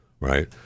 right